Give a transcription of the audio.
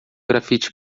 grafite